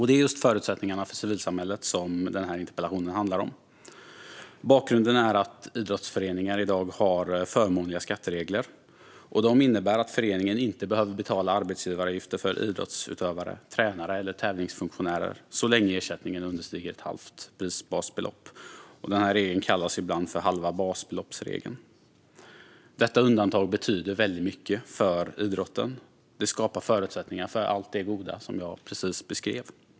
Det är just förutsättningarna för civilsamhället som denna interpellation handlar om. Bakgrunden är att idrottsföreningar i dag har förmånliga skatteregler. Dessa innebär att föreningen inte behöver betala arbetsgivaravgifter för idrottsutövare, tränare eller tävlingsfunktionärer så länge ersättningen understiger ett halvt prisbasbelopp. Denna regel kallas ibland halva basbelopp-regeln. Detta undantag betyder väldigt mycket för idrotten. Det skapar förutsättningar för allt det goda som jag precis beskrev.